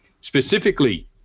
Specifically